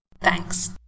Thanks